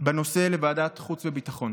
בנושא או את המשכו לוועדת החוץ והביטחון.